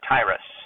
Tyrus